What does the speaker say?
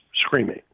screaming